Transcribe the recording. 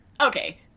okay